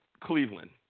Cleveland